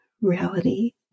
reality